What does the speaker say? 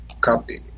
Copy